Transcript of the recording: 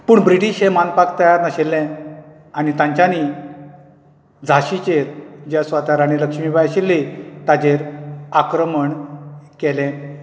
पूण ब्रिटीश हे मानपाक तयार नाशिल्ले आनी तांच्यानी झाशीचेर जे स्वता राणी लक्ष्मीबाई आशिल्ली ताचेर आक्रमण केलें